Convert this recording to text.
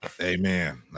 amen